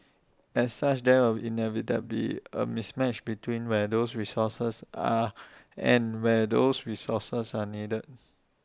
as such there will inevitably A mismatch between where those resources are and where those resources are needed